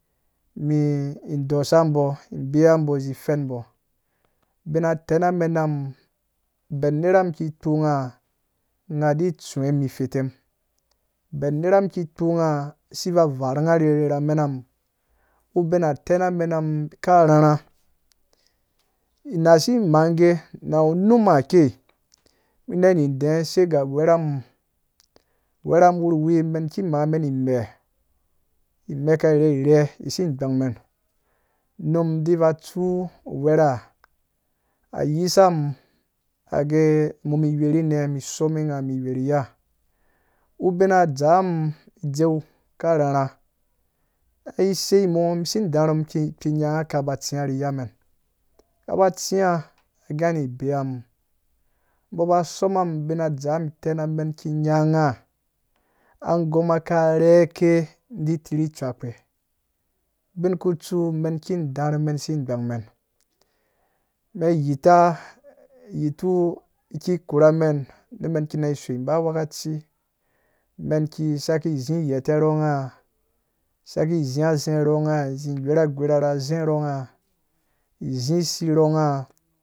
Mum dosa mbo beyabo zi fen bo bina tana mena mum ben neraki kpo ngha nghadi tsuwe mum fitem ben nera ki kpo ngha siva barhu ngha arhere na menam ubina tana menam ka rharha nasi maage na numa kei na didee sai ga werham werham wuruwi me ki mek meka rherhe si gbang men num diba atsu uwerha he ayisa mum agee mum wurine mu some mum wuriya ubina adzaa mu dzeu ka rharha isei mɔɔ si arum kpi nya ngha kaba tsiya ni yamen kaba tsiya agee ni beya mum boba soma mum bina dzamum tanamen ki nya ngha agomma ka rheke kpi tirhi ceukpe ubin ku tsu men ki arhumen si gbangmen men yita yiti kikorha men men kina so ba a wokaci men ki saki zi gyata rhoɔngha saki zi zee rhoɔgga zi gwerha gwerha razee rhɔɔongha zi si rhɔɔgha